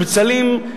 ובצלים,